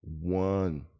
one